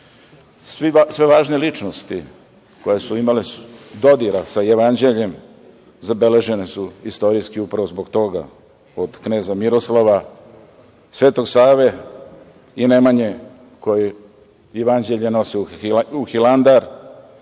Sve važne ličnosti koje su imale dodira sa Jevanđeljem zabeležene su istorijski upravo zbog toga, od kneza Miroslava, Svetog Save i Nemanje koji Jevanđelje nosi u Hilandar,